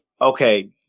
okay